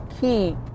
key